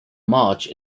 march